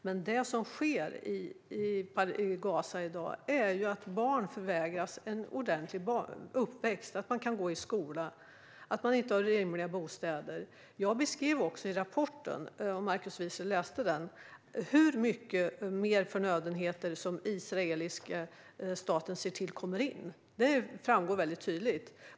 Men det som sker i Gaza i dag är att barn förvägras en ordentlig uppväxt - att kunna gå i skolan och att ha en rimlig bostad. Jag beskrev också i rapporten, om Markus Wiechel läste den, hur mycket mer förnödenheter som den israeliska staten ser till kommer in. Det framgår mycket tydligt.